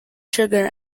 sugar